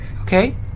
Okay